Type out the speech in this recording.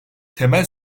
temel